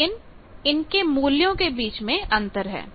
लेकिन इनके मूल्यों के बीच में अंतर है